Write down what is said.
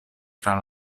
tra